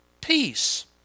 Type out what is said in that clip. peace